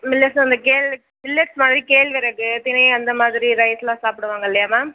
millets அந்த கேழ் millets மாதிரி கேழ்வரகு தினை அந்த மாதிரி ரைஸ்லாம் சாப்பிடுவாங்க இல்லையா மேம்